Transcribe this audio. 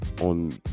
on